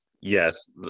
Yes